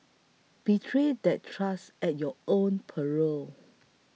betray that trust at your own peril